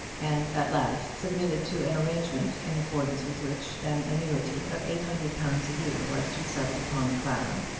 and at last submitted to an arrangement in accordance with which an annuity of eight hundred pounds a year was to be settled upon clara,